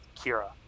Kira